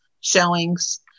showings